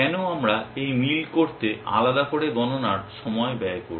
কেন আমরা এই মিল করতে আলাদা করে গণনার সময় ব্যয় করব